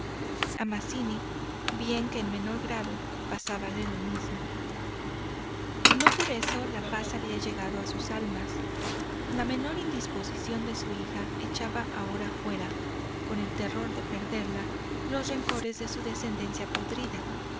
a mazzini bien que en menor grado pasábale lo mismo no por eso la paz había llegado a sus almas la menor indisposición de su hija echaba ahora afuera con el terror de perderla los rencores de su descendencia podrida